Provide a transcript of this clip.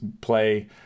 play